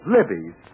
Libby's